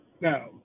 Now